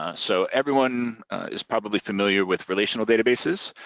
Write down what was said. ah so everyone is probably familiar with relational databases.